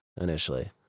initially